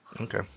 Okay